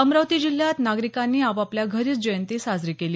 अमरावती जिल्ह्यात नागरिकांनी आपापल्या घरीच जयंती साजरी केली